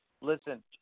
listen